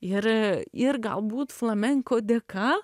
ir ir galbūt flamenko dėka